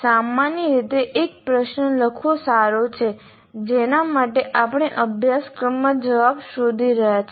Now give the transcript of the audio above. સામાન્ય રીતે એક પ્રશ્ન લખવો સારો છે જેના માટે આપણે અભ્યાસક્રમમાં જવાબ શોધી રહ્યા છીએ